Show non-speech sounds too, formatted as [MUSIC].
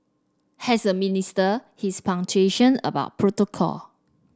as a minister he's [UNINTELLIGIBLE] about protocol